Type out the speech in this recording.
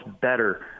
better